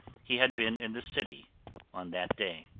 he had been in the city on that day.